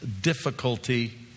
difficulty